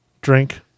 Drink